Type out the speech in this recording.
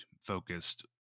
focused